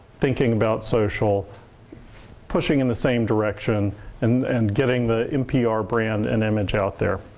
thinking about social pushing in the same direction and and getting the npr brand and image out there